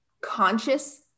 conscious